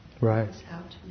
Right